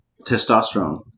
testosterone